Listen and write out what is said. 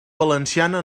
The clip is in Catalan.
valenciana